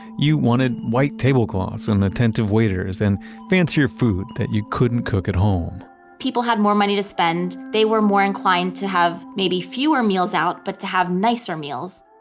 you wanted white tablecloths, and attentive waiters, and fancier food that you couldn't cook at home people had more money to spend. they were more inclined to have maybe fewer meals out, but to have nicer meals